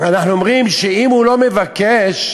אנחנו אומרים שאם הוא לא מבקש,